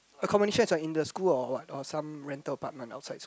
accommodations are in the school or what or some rental apartment outside